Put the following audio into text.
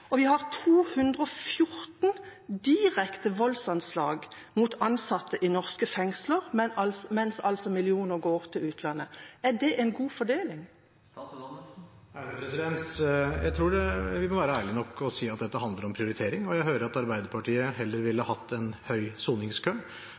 Vi har hatt 214 direkte voldsanslag mot ansatte i norske fengsler, mens millioner går til utlandet. Er det en god fordeling? Jeg tror vi må være ærlige nok til å si at dette handler om prioritering, og jeg hører at Arbeiderpartiet heller ville